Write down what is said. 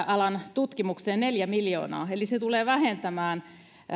tutkimukseen neljä miljoonaa eli se tulee vähentämään